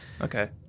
Okay